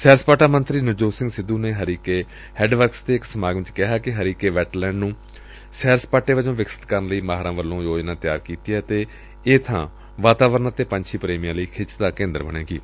ਸੈਰ ਸਪਾਟਾ ਮੰਤਰੀ ਨਵਜੋਤ ਸਿੰਘ ਸਿੱਧੂ ਨੇ ਹਰੀਕੇ ਹੈੱਡ ਵਰਕਸ ਵਿਖੇ ਸਮਾਗਮ ਚ ਕਿਹਾ ਕਿ ਹਰੀਕੇ ਵੈਟਲੈਂਡ ਨੁੰ ਸੈਰ ਸਪਾਟੇ ਵਜੋਂ ਵਿਕਸਤ ਕਰਨ ਲਈ ਮਾਹਿਰਾਂ ਵੱਲੋਂ ਯੋਜਨਾ ਤਿਆਰ ਕੀਤੀ ਏ ਅਤੇ ਇਹ ਥਾਂ ਵਾਤਾਵਰਣ ਅਤੇ ਪੰਛੀ ਪ੍ਰੇਮੀਆਂ ਲਈ ਖਿੱਚ ਦਾ ਕੇਂਦਰ ਬਣੇਗੀ